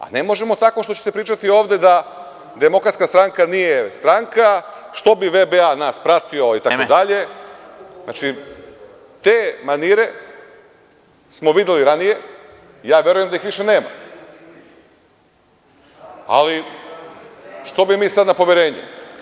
Ali, ne možemo tako što će se pričati ovde da DS nije stranka, što bi VBA nas pratila itd. te manire smo videli ranije i verujem da ih više nema, ali što bi mi sada na poverenje.